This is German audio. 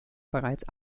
bereits